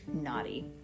naughty